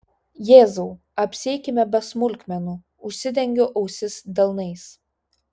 jėzau apsieikime be smulkmenų užsidengiu ausis delnais